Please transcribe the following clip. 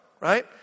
right